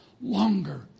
longer